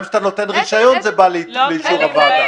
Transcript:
גם כשאתה נותן רישיון זה בא לאישור הוועדה.